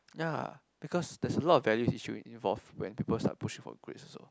ya because there's a lot of values issue involve when peoples are pushing for grades so